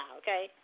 okay